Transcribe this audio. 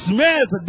Smith